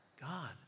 God